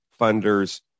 funders